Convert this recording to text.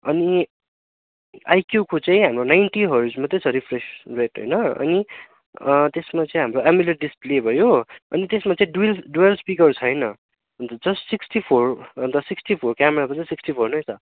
अनि आइक्यूको चाहिँ हाम्रो नाइन्टी हर्ज मात्रै छ रिफ्रेस रेट होइन अनि त्यसमा चाहिँ हाम्रो एमुलेट डिसप्ले भयो अनि त्यसमा चाहिँ डुवल डुवल स्पिकर छैन and just sixty four and sixty four क्यामेराको चाहिँ सिक्सटी फोर नै छ